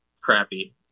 crappy